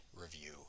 review